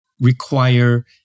require